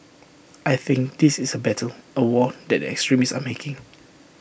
I think this is A battle A war that the extremists are making